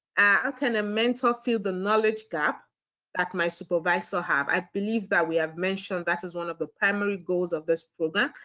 ah can a mentor fill the knowledge gap that my supervisor has? i believe that we have mentioned that is one of the primary goals of this program.